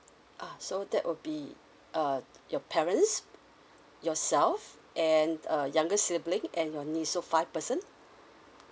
ah so that will be uh your parents yourself and a younger sibling and your niece so five person